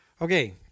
Okay